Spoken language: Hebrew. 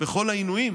בכל העינויים